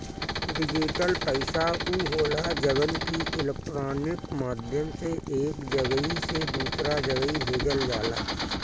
digital पईसा उ होला जवन की इलेक्ट्रोनिक माध्यम से एक जगही से दूसरा जगही भेजल जाला